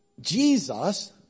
Jesus